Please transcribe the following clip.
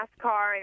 NASCAR